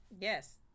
Yes